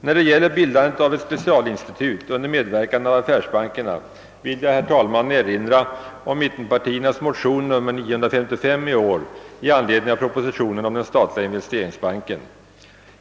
När det gäller bildandet av ett specialinstitut under medverkan av affärs bankerna vill jag, herr talman, erinra om mittenpartiernas motion nr II: 955 till årets riksdag i anledning av propositionen om den statliga investeringsbanken.